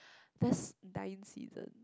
that's nine season